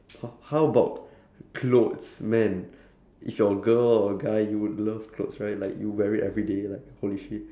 how about clothes man if you're a girl or a guy you would love clothes right like you wear it everyday like holy shit